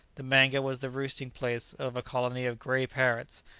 the mango was the roosting place of a colony of grey parrots,